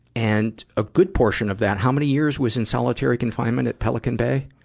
and, a good portion of that how many years was in solitary confinement in pelican bay?